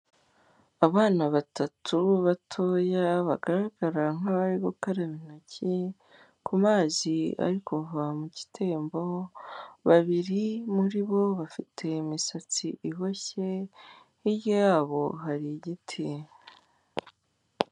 Abana batatu batoya bagaragara nk'abari gukaraba intoki ku mazi ari kuva mu gitembo, babiri muri bo bafite imisatsi iboshye, hirya yabo hari igiti.